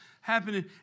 happening